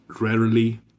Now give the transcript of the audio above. rarely